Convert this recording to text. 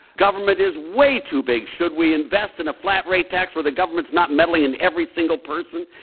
government is way too big. should we invest in a flat rate tax where the government's not meddling in every single person?